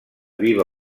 viva